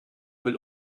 will